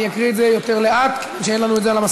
אני אקרא את זה יותר לאט, כיוון שאין לנו מסכים: